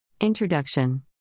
Introduction